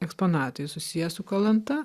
eksponatai susiję su kalanta